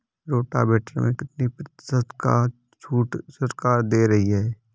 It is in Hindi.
रोटावेटर में कितनी प्रतिशत का छूट सरकार दे रही है?